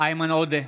איימן עודה,